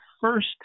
first